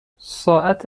ساعت